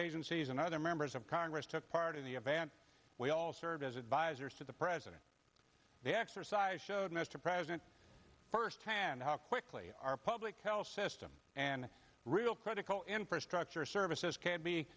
agencies and other members of congress took part in the event we all serve as advisors to the president the exercise showed mr president firsthand how quickly our public health system and real critical infrastructure services can be